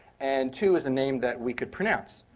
and, two, is a name that we could pronounce.